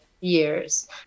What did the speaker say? years